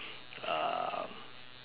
um